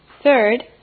Third